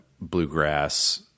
bluegrass